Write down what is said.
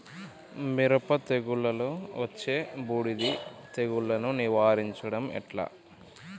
మిరపకాయ తెగుళ్లలో వచ్చే బూడిది తెగుళ్లను నివారించడం ఎట్లా?